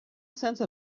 sense